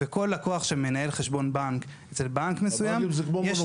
וכל לקוח שמנהל חשבון בנק אצל בנק מסוים --- הבנקים זה כמו מונופול.